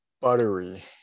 buttery